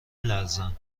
لرزم